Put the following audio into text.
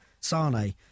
Sane